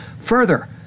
Further